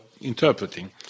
interpreting